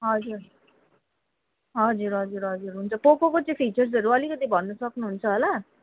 हजुर हजुर हजुर हजुर हुन्छ पोकोको चाहिँ फिचर्सहरू अलिकति भन्न सक्नुहुन्छ होला